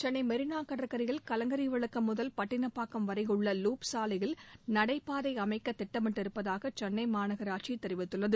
சென்னை மெரினா கடற்கரையில் கலங்கரை விளக்கம் முதல் பட்டினப்பாக்கம் வரை உள்ள லூப் சாலையில் நடைபாதை அமைக்க திட்டமிட்டிருப்பதாக சென்னை மாநகராட்சி தெரிவித்துள்ளது